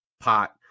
pot